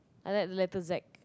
I like the letter Z